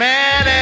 Man